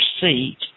seat